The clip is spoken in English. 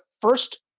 first